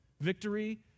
victory